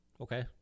Okay